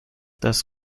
das